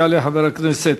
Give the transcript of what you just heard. יעלה חבר הכנסת